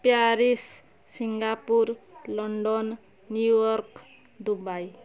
Paris Singapore London New York Dubai